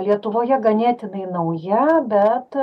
lietuvoje ganėtinai nauja bet